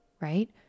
right